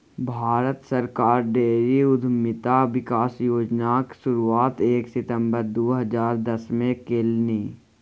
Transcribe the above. भारत सरकार डेयरी उद्यमिता विकास योजनाक शुरुआत एक सितंबर दू हजार दसमे केलनि